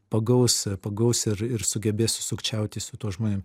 pagaus pagaus ir ir sugebės sukčiauti su tuo žmonėm